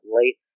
late